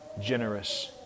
generous